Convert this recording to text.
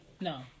No